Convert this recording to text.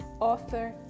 author